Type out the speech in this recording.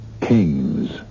kings